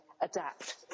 adapt